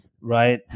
right